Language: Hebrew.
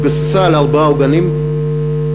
התבססה על ארבעה עוגנים מדידים,